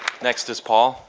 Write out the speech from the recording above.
next is paul.